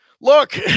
look